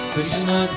Krishna